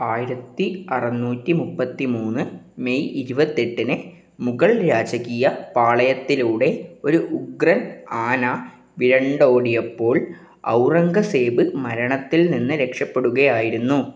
ആയിരത്തി അറുന്നൂറ്റി മുപ്പത്തി മൂന്ന് മേയ് ഇരുപത്തി എട്ടിന് മുഗൾ രാജകീയ പാളയത്തിലൂടെ ഒരു ഉഗ്രൻ ആന വിരണ്ടോടിയപ്പോൾ ഔറംഗസേബ് മരണത്തിൽ നിന്ന് രക്ഷപ്പെടുകയായിരുന്നു